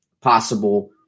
possible